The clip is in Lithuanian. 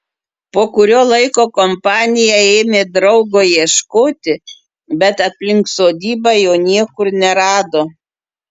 po kurio laiko kompanija ėmė draugo ieškoti bet aplink sodybą jo niekur nerado